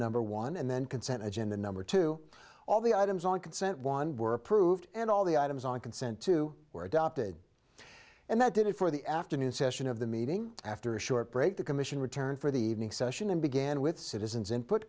number one and then consent agenda number two all the items on consent one were approved and all the items on consent two were adopted and that did it for the afternoon session of the meeting after a short break the commission returned for the evening session and began with citizens input